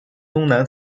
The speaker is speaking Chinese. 东南